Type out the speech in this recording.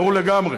ברור לגמרי.